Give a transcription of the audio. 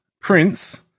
Prince